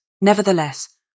Nevertheless